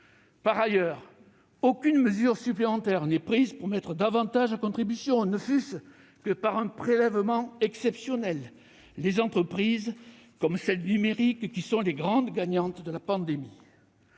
Par ailleurs, aucune mesure supplémentaire n'est prise pour mettre davantage à contribution, ne fût-ce que par un prélèvement exceptionnel, les entreprises qui sont les grandes gagnantes de la pandémie,